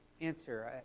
answer